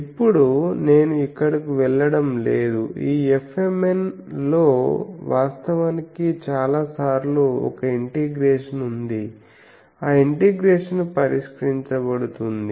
ఇప్పుడు నేను ఇక్కడకు వెళ్ళడం లేదు ఈ Fmn లో వాస్తవానికి చాలా సార్లు ఒక ఇంటెగ్రేషన్ ఉంది ఆ ఇంటెగ్రేషన్ పరిష్కరించబడుతుంది